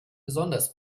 besonders